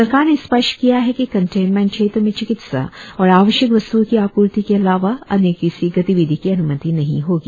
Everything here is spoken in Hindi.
सरकार ने स्पष्ट किया है कि कंटेन्मेंट क्षेत्र में चिकित्सा और आवश्यक वस्त्ओं की आपूर्ति के अलावा अन्य किसी गतिविधि की अन्मति नहीं होगी